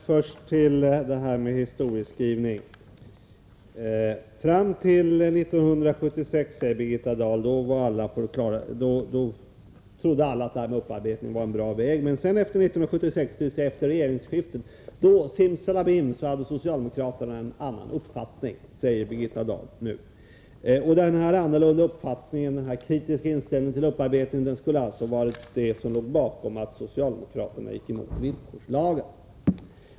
Herr talman! Först till historieskrivningen. Fram till 1976 trodde alla att upparbetning var en bra väg att gå, säger Birgitta Dahl nu, men efter 1976 — dvs. efter regeringsskiftet — hade socialdemokraterna simsalabim en annan uppfattning. Denna ändrade uppfattning och denna kritiska inställning till upparbetning skulle alltså vara det som låg bakom att socialdemokraterna gick emot villkorslagen.